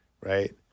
right